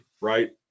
right